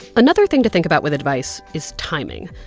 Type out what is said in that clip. another thing to think about with advice is timing.